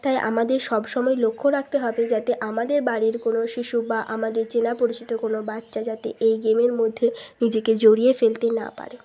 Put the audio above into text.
তাই আমাদের সব সময় লক্ষ্য রাখতে হবে যাতে আমাদের বাড়ির কোনো শিশু বা আমাদের জেলা পরিষদের কোনো বাচ্চা যাতে এই গেমের মধ্যে নিজেকে জড়িয়ে ফেলতে না পারে